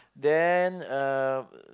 then uh